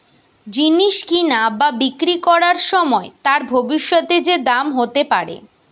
জিনিস কিনা বা বিক্রি করবার সময় তার ভবিষ্যতে যে দাম হতে পারে